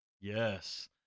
yes